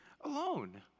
alone